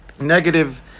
negative